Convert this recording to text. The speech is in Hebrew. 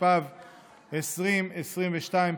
התשפ"ב 2022,